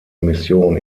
mission